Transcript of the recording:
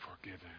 forgiven